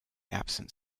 absent